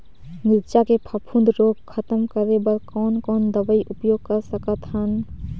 मिरचा के फफूंद रोग खतम करे बर कौन कौन दवई उपयोग कर सकत हन?